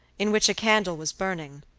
in which a candle was burning,